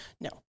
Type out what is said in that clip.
No